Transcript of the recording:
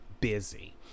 busy